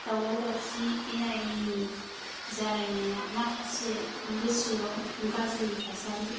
दावराव दावसि एना एनि जालायनाया माखासे गोसोआव गाज्रि थासारि